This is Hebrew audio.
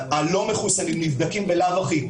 הלא מחוסנים נבדקים בלאו הכי,